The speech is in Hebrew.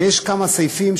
ויש כמה סעיפים,